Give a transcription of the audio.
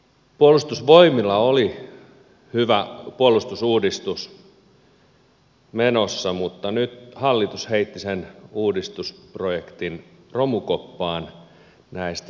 puolustusvoimilla oli hyvä puolustusuudistus menossa mutta nyt hallitus heitti sen uudistusprojektin romukoppaan näistä säästösyistä